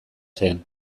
zen